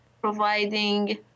providing